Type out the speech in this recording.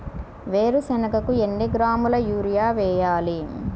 వేరుశనగకు ఎన్ని కిలోగ్రాముల యూరియా వేయాలి?